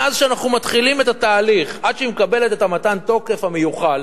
מהיום שאנחנו מתחילים את התהליך עד שהיא מקבלת את מתן התוקף המיוחל,